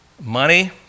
Money